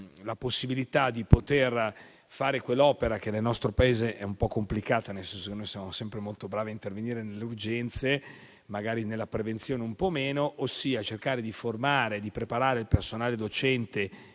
la possibilità di compiere quell'opera che nel nostro Paese è un po' complicata, nel senso che noi siamo sempre molto bravi ad intervenire nelle urgenze, ma nella prevenzione un po' meno: da una parte cercare di formare e preparare il personale docente